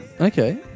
Okay